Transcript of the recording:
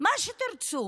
מה שתרצו